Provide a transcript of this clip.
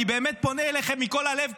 אני באמת פונה אליכם מכל הלב,